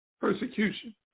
persecution